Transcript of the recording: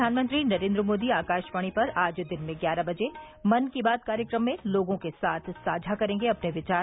प्रधानमंत्री नरेन्द्र मोदी आकाशवाणी पर आज दिन में ग्यारह बजे मन की बात कार्यक्रम में लोगों के साथ साझा करेंगे अपने विचार